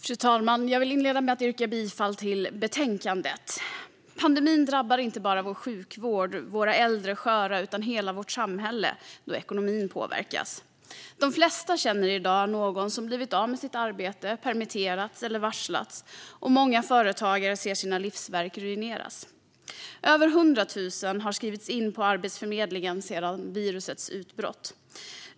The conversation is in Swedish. Fru talman! Jag vill inleda med att yrka bifall till förslaget i betänkandet. Pandemin drabbar inte bara vår sjukvård och våra äldre och sköra utan hela vårt samhälle, då ekonomin påverkas. De flesta känner i dag någon som blivit av med sitt arbete, permitterats eller varslats, och många företagare ser sina livsverk ruineras. Över 100 000 människor har skrivits in på Arbetsförmedlingen sedan virusets utbrott.